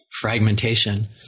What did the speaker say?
fragmentation